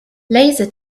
laser